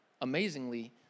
amazingly